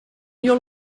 your